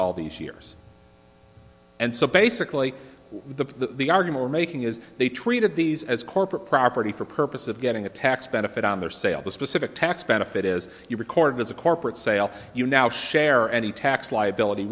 all these years and so basically the the argument i'm making is they treated these as corporate property for purpose of getting a tax benefit on their sale the specific tax benefit is your record as a corporate sale you now share any tax liability